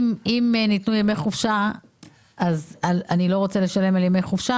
אם ניתנו ימי חופשה אז אני לא רוצה לשלם על ימי חופשה,